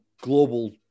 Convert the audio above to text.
global